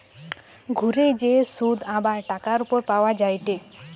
ঘুরে যে শুধ আবার টাকার উপর পাওয়া যায়টে